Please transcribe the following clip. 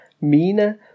Mina